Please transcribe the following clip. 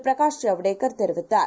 பிரகாஷ்ஜவடேகர்தெரிவித்தார்